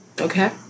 Okay